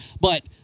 but-